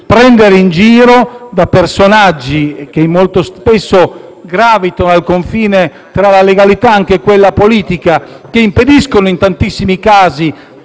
prendere in giro da personaggi che molto spesso gravitano al confine della legalità, anche quella politica, e impediscono in tantissimi casi